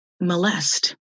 molest